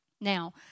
Now